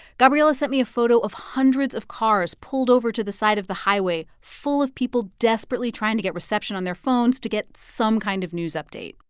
gabriela sent me a photo of hundreds of cars pulled over to the side of the highway, full of people desperately trying to get reception on their phones to get some kind of news update.